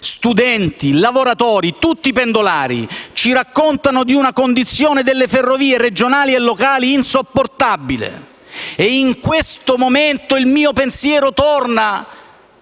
Studenti e lavoratori - tutti pendolari - ci raccontano di una condizione delle ferrovie regionali e locali insopportabile. E in questo momento il mio pensiero torna